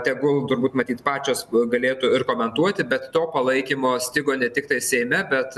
tegul turbūt matyt pačios galėtų ir komentuoti bet to palaikymo stigo ne tiktai seime bet